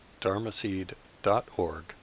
dharmaseed.org